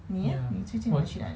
ya 我